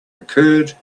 occurred